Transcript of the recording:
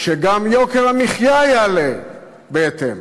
שגם יוקר המחיה יעלה בהתאם.